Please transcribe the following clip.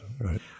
right